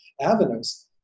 avenues